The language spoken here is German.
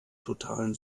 totalen